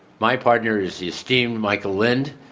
my partner is the esteemed michael lind,